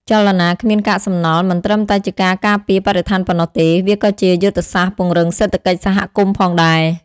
ចលនាគ្មានកាកសំណល់មិនត្រឹមតែជាការការពារបរិស្ថានប៉ុណ្ណោះទេ វាក៏ជាយុទ្ធសាស្ត្រពង្រឹងសេដ្ឋកិច្ចសហគមន៍ផងដែរ។